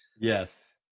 Yes